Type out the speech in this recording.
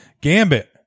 Gambit